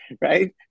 right